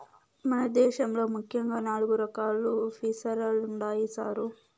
మన దేశంలో ముఖ్యంగా నాలుగు రకాలు ఫిసరీలుండాయి సారు